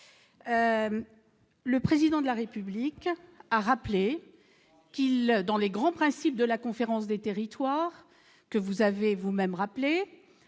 le président de la République a rappelé qu'il dans les grands principes de la conférence des territoires que vous avez vous-même rappelé